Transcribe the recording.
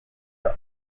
are